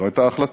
זו הייתה ההחלטה,